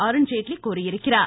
அருண்ஜேட்லி கூறியிருக்கிறார்